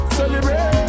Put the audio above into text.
celebrate